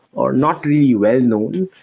or not really well-known,